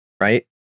right